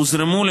הוזרמו,